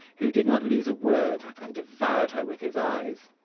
who did not lose a word and devoured her with his eyes.